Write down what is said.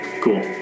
Cool